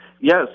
Yes